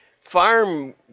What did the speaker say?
farm